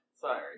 Sorry